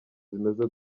zimeze